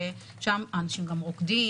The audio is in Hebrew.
ששם האנשים גם רוקדים,